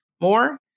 more